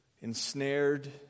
ensnared